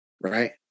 Right